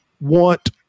want